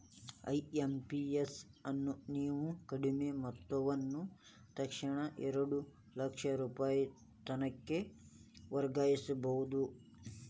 IMPS ಅನ್ನು ನೇವು ಕಡಿಮಿ ಮೊತ್ತವನ್ನ ತಕ್ಷಣಾನ ಎರಡು ಲಕ್ಷ ರೂಪಾಯಿತನಕ ವರ್ಗಾಯಿಸ್ಬಹುದು